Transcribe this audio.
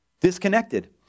disconnected